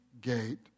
gate